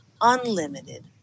unlimited